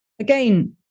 Again